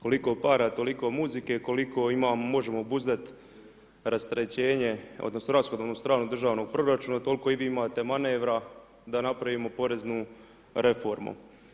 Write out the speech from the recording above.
Koliko para toliko muzike, koliko možemo obuzdat rasterećenje, odnosno, rashodovnu stranu državnog proračuna, toliko i vi imate manevra da napravimo poreznu reformu.